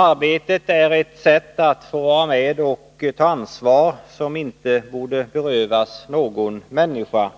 Arbetet är ett sätt att få vara med och ta ansvar, som inte borde berövas någon människa.